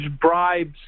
bribes